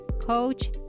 coach